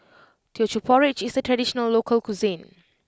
Teochew Porridge is a traditional local cuisine